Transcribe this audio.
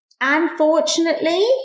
Unfortunately